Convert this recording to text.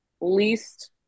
least